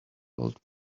cold